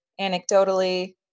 anecdotally